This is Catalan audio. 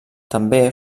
també